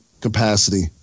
capacity